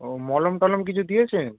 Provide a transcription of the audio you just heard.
ও মলম টলম কিছু দিয়েছে